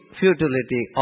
futility